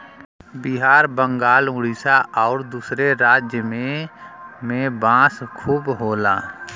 बिहार बंगाल उड़ीसा आउर दूसर राज में में बांस खूब होला